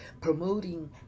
promoting